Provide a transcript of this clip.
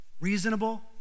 reasonable